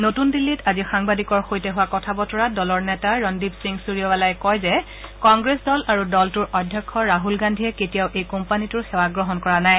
নতুন দিল্লীত আজি সাংবাদিকৰ সৈতে হোৱা কথা বতৰাত দলৰ নেতা ৰন্দীপ সিং সূৰ্যবালাই কয় যে কংগ্ৰেছ দল আৰু দলটোৰ অধ্যক্ষ ৰাছল গান্ধীয়ে কেতিয়াও এই কোম্পানীটোৰ সেৱা গ্ৰহণ কৰা নাই